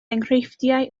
enghreifftiau